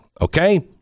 Okay